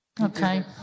okay